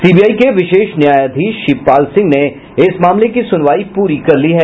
CBI के विशेष न्यायाधीश शिवपाल सिंह ने इस मामले की सुनवाई पूरी कर ली है